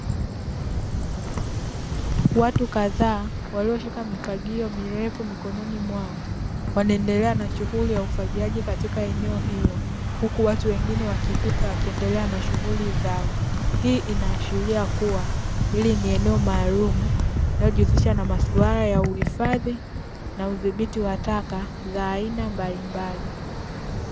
Watu kadhaa walioshika mifagio mirefu mikononi mwao wanaendelea na shughuli ya ufagiaji katika eneo hilo, huku watu wengine wakipita wakiendelea na shughuli zao. Hii inaashiria kuwa hili ni eneo maalumu linalojihusisha na maswala ya uhifadhi na udhibiti wa taka za aina mbalimbali.